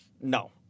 No